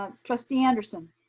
trustee anderson.